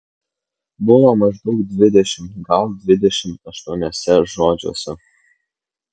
buvo maždaug dvidešimt gal dvidešimt aštuoniuose žodžiuose